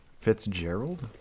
Fitzgerald